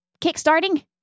kickstarting